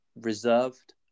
reserved